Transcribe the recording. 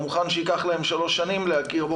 הוא מוכן שייקח להם שלוש שנים להכיר בו,